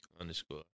underscore